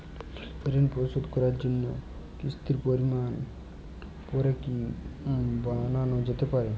ঋন পরিশোধ করার জন্য কিসতির পরিমান পরে কি বারানো যেতে পারে?